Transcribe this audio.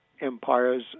empires